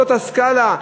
זאת הסקאלה,